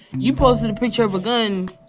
you posted a picture of a gun,